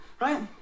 Right